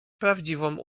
prawdziwą